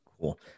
Cool